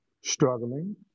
struggling